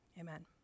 amen